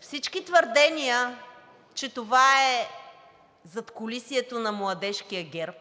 всички твърдения, че това е задкулисието на Младежкия ГЕРБ,